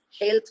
health